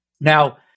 Now